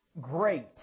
great